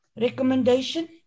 recommendation